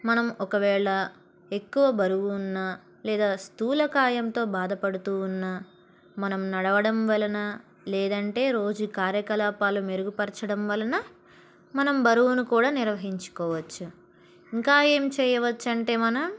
మనం ఒకవేళ ఎక్కువ బరువు ఉన్న లేదా స్థూలకాయంతో బాధపడుతూ ఉన్నా మనం నడవడం వలన లేదంటే రోజు కార్యకలాపాలు మెరుగుపరచడం వలన మనం బరువును కూడా నిర్వహించుకోవచ్చు ఇంకా ఏం చేయవచ్చంటే మనం